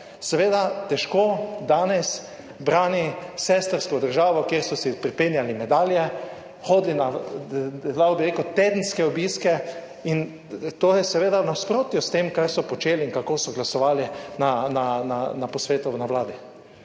seveda težko danes brani sestrsko državo, kjer so si pripenjali medalje, hodili na, lahko bi rekel, tedenske obiske in to je seveda v nasprotju s tem, kar so počeli in kako so glasovali na posvetu na Vladi.